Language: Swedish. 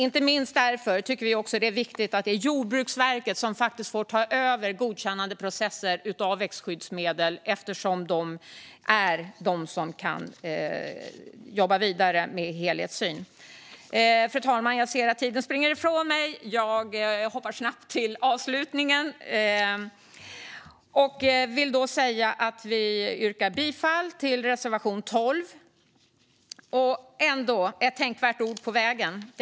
Inte minst därför tycker vi att det är viktigt att det blir Jordbruksverket som får ta över godkännandeprocesser när det gäller växtskyddsmedel, eftersom det är de som kan jobba vidare med en helhetssyn. Fru talman! Jag ser att talartiden springer ifrån mig. Jag hoppar snabbt till avslutningen och vill då säga att jag yrkar bifall till reservation 12. Sedan vill jag ändå ge ett tänkvärt ord på vägen.